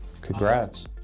Congrats